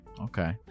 Okay